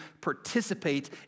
participate